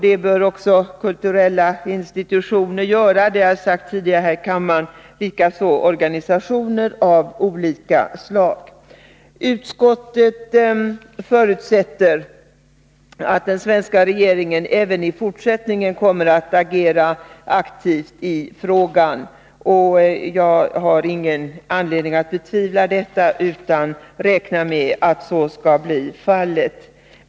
Det bör också kulturella institutioner göra — det har jag sagt tidigare här i kammaren — liksom organisationer av olika slag. Utskottet förutsätter att den svenska regeringen även i fortsättningen kommer att agera aktivt i frågan, och jag har ingen anledning att betvivla detta utan räknar med att så skall bli fallet.